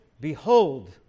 Behold